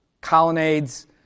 colonnades